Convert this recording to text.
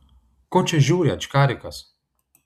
ko čia žiūri ačkarikas